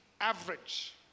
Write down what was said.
average